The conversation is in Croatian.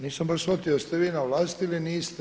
Nisam baš shvatio da ste vi na vlasti ili niste.